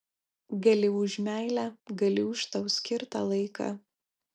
gali už meilę gali už tau skirtą laiką